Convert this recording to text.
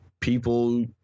people